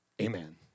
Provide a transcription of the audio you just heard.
Amen